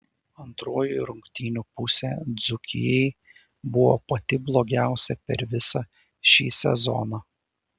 antroji rungtynių pusė dzūkijai buvo pati blogiausia per visą šį sezoną